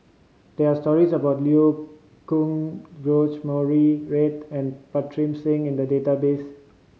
there are stories about Liu Kang George Murray Reith and Pritam Singh in the database